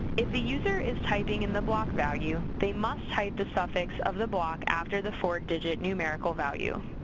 if a user is typing in the block value, they must type the suffix of the block after the four digit numerical value.